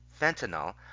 fentanyl